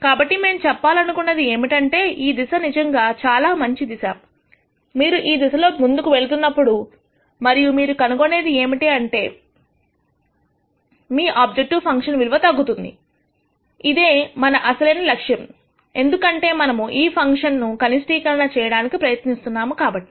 కాబట్టి మేము చెప్పాలనుకున్నది ఏమిటంటే ఈ దిశ నిజంగా చాలా మంచి దిశ మరియు మీరు ఈ దిశలో వెళుతున్నప్పుడు మరియు మీరు కనుగొనేది ఏమిటి అంటే మీ ఆబ్జెక్టివ్ ఫంక్షన్ విలువలు తగ్గుతుంది ఇదే మన అసలైన లక్ష్యము ఎందుకంటే మనము ఈ ఫంక్షన్ ను కనిష్టీకరణ చేయడానికి ప్రయత్నిస్తున్నాము కాబట్టి